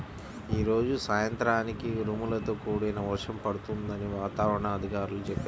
యీ రోజు సాయంత్రానికి ఉరుములతో కూడిన వర్షం పడుతుందని వాతావరణ అధికారులు చెప్పారు